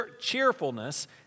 cheerfulness